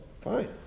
Fine